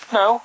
no